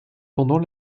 pendant